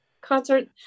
concert